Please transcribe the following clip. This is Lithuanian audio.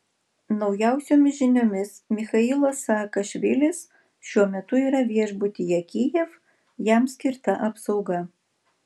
naujausiomis žiniomis michailas saakašvilis šiuo metu yra viešbutyje kijev jam skirta apsauga